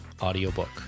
audiobook